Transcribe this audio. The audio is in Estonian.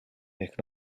ehk